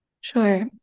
Sure